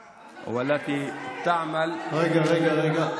אני יושבת ומכבדת ואני לא מבינה, רגע, רגע, רגע.